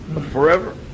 forever